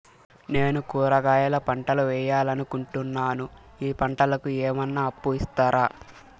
నేను కూరగాయల పంటలు వేయాలనుకుంటున్నాను, ఈ పంటలకు ఏమన్నా అప్పు ఇస్తారా?